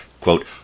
quote